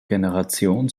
generation